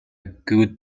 good